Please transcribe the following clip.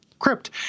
crypt